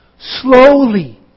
Slowly